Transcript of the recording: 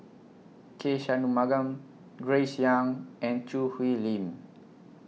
K Shanmugam Grace Young and Choo Hwee Lim